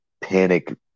panic